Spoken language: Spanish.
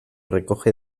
recoge